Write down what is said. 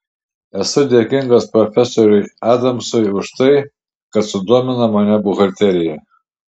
esu dėkingas profesoriui adamsui už tai kad sudomino mane buhalterija